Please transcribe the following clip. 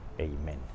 Amen